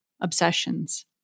obsessions